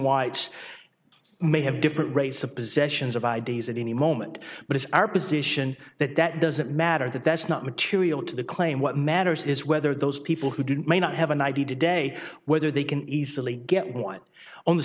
whites may have different rates of possessions of ids at any moment but it's our position that that doesn't matter that that's not material to the claim what matters is whether those people who didn't may not have an i d today whether they can easily get one on the